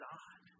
God